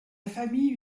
famille